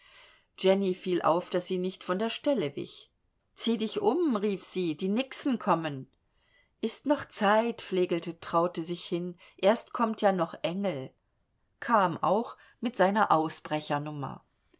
jenny fiel auf daß die nicht von der stelle wich zieh dich um rief sie die nixen kommen ist noch zeit flegelte traute sich hin erst kommt ja noch engel kam auch mit seiner